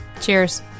cheers